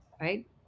Right